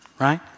Right